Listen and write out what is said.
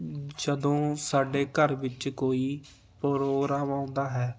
ਜਦੋਂ ਸਾਡੇ ਘਰ ਵਿੱਚ ਕੋਈ ਪ੍ਰੋਗਰਾਮ ਆਉਂਦਾ ਹੈ